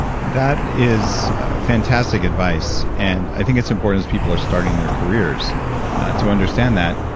that is fantastic advice. and i think it's important as people are starting their careers to understand that.